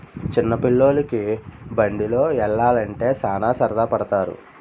చిన్న పిల్లోలికి బండిలో యల్లాలంటే సాన సరదా పడతారు